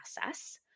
process